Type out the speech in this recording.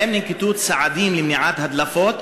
האם ננקטו צעדים למניעת הדלפות?